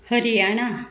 Haryana